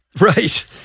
Right